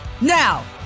Now